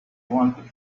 want